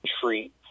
treat